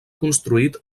construït